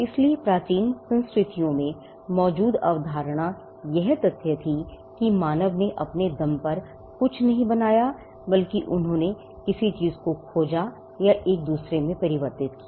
इसलिए प्राचीन संस्कृतियों में मौजूद अवधारणा यह तथ्य थी कि मानव ने अपने दम पर कुछ भी नहीं बनाया बल्कि उन्होंने किसी चीज़ को खोजा या एक दूसरे में परिवर्तित किया